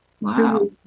Wow